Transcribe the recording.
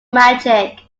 magic